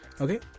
Okay